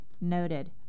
Noted